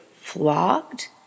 flogged